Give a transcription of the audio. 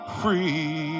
free